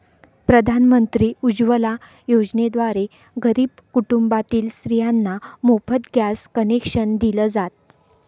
प्रधानमंत्री उज्वला योजनेद्वारे गरीब कुटुंबातील स्त्रियांना मोफत गॅस कनेक्शन दिल जात